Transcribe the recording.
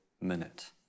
minute